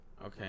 Okay